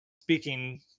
speaking